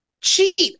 cheat